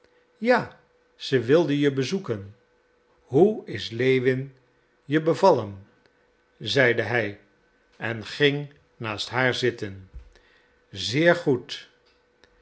ja zij wilden je bezoeken hoe is lewin je bevallen zeide hij en ging naast haar zitten zeer goed